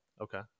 okay